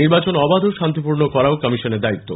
নির্বাচন অবাধ ও শান্তিপূর্ণ করাও কমিশনের দায়িত্ব